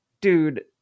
dude